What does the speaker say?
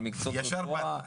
על מקצועות רפואה,